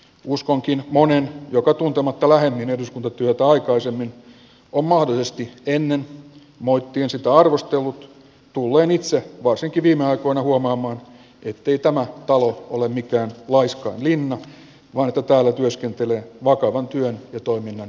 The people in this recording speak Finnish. uskonkin monen joka tuntematta lähemmin eduskuntatyötä aikaisemmin on mahdollisesti ennen moittien sitä arvostellut tulleen itse varsinkin viime aikoina huomaamaan ettei tämä talo ole mikään laiskain linna vaan että täällä työskentelee vakavan työn ja toiminnan tärkeä elin